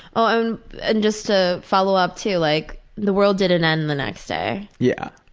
oh, um and just to follow up to like the world didn't end the next day. yeah